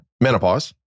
menopause